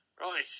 Right